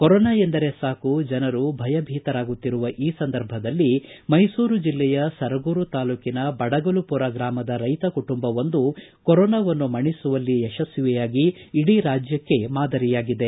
corona ಎಂದರೆ ಸಾಕು ಜನರು ಭಯ ಭೀತರಾಗುತ್ತಿರುವ ಈ ಸಂದರ್ಭದಲ್ಲಿ ಮೈಸೂರು ಜಿಲ್ಲೆಯ ಸರಗೂರು ತಾಲ್ಲೂಕಿನ ಬಡಗಲುಪುರ ಗ್ರಾಮದ ರೈತ ಕುಟುಂಬವೊಂದು ಕೊರೊನಾವನ್ನು ಮಣಿಸುವಲ್ಲಿ ಯಶಸ್ವಿಯಾಗಿ ಇಡೀ ರಾಜ್ಯಕ್ಷೆ ಮಾದರಿಯಾಗಿದೆ